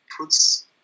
puts